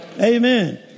Amen